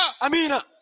Amina